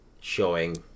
showing